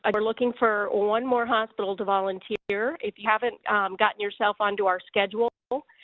um we're looking for one more hospital to volunteer. if you haven't gotten yourself onto our schedule,